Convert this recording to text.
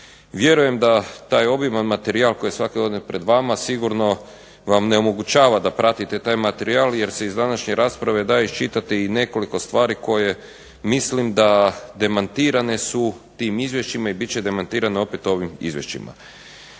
Vjerujem da taj obiman materijal koji je svake godine pred vama sigurno vam ne omogućava da pratite taj materijal jer se iz današnje rasprave da iščitati i nekoliko stvari koje mislim da demantirane su tim izvješćima i bit će demantirane opet ovim izvješćima.